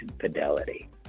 fidelity